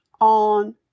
on